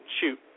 shoot